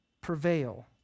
Prevail